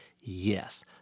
Yes